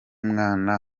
mwana